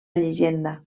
llegenda